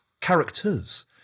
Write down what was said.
characters